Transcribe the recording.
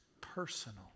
personal